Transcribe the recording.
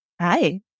Hi